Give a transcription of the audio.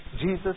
Jesus